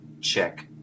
check